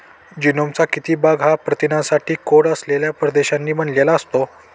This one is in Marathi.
जीनोमचा किती भाग हा प्रथिनांसाठी कोड असलेल्या प्रदेशांनी बनलेला असतो?